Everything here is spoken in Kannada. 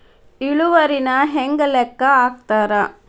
ಇಳುವರಿನ ಹೆಂಗ ಲೆಕ್ಕ ಹಾಕ್ತಾರಾ